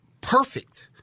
perfect